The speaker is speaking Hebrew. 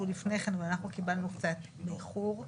לפני כן ואנחנו קיבלנו קצת באיחור.